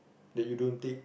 that you don't take